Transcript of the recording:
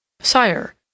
Sire